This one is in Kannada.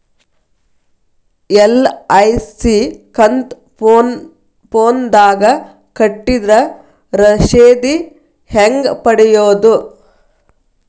ಎಲ್.ಐ.ಸಿ ಕಂತು ಫೋನದಾಗ ಕಟ್ಟಿದ್ರ ರಶೇದಿ ಹೆಂಗ್ ಪಡೆಯೋದು?